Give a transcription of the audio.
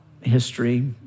history